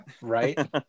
Right